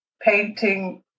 painting